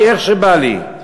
בא לי איך שבא לי.